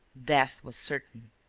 death was certain.